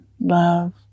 love